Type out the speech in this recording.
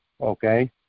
okay